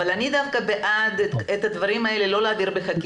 אבל אני דווקא בעד לא להעביר את הדברים האלה בחקיקה,